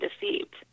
deceived